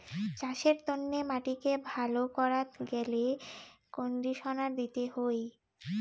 চাসের তন্নে মাটিকে ভালো করাত গ্যালে কন্ডিশনার দিতে হই